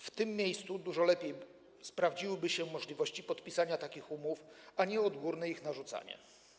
W tym miejscu dużo lepiej sprawdziłaby się możliwość podpisania takich umów, a nie odgórne tego narzucanie.